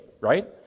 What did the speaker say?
right